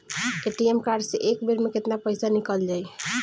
ATM card से एक बेर मे केतना पईसा निकल जाई?